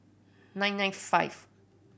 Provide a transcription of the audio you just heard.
nine nine five